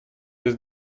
без